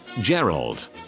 Gerald